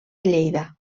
lleida